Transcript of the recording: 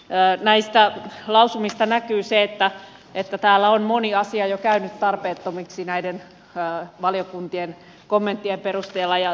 näistä lausumista näkyy se että täällä on moni asia jo käynyt tarpeettomaksi näiden valiokuntien kommenttien perusteella